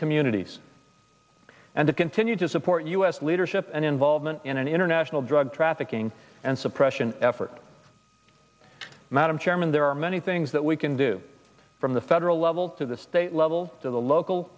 communities and to continue to support u s leadership and involvement in an international drug trafficking and suppression effort madam chairman there are many things that we can do from the federal level to the state level to the local